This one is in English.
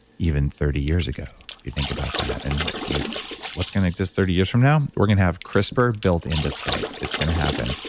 even thirty years ago if you think about that and what's going to exist thirty years from now? we're going to have crispr built into skype, it's going to happen.